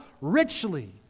Richly